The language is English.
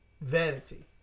vanity